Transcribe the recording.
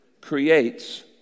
creates